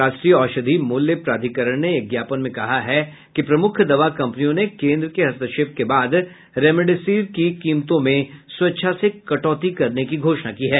राष्ट्रीय औषधि मूल्य प्राधिकरण ने एक ज्ञापन में कहा है कि प्रमुख दवा कंपनियों ने केन्द्र के हस्तक्षेप के बाद रेमडेसिविर टीके की कीमतों में स्वेच्छा से कटौती करने की घोषणा की है